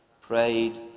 prayed